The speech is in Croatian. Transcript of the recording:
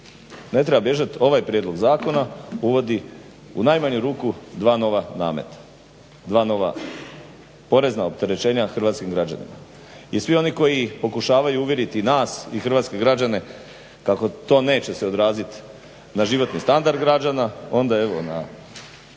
Ne treba bježati, ovaj prijedlog zakona uvodi u najmanju ruku dva nova nameta, dva nova porezna opterećenja hrvatskim građanima i svi oni koji pokušavaju uvjeriti nas i hrvatske građane kako to neće se odrazit na životni standard građana onda evo nek